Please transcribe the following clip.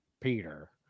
Peter